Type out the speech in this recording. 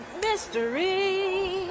mystery